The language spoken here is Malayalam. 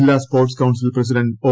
ജില്ലാ സ്പോർട്സ് കൌൺസിൽ പ്രസിഡന്റ് ഒ